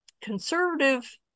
conservative